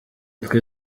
twe